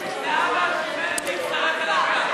זהבה, את מוזמנת להצטרף אליו גם.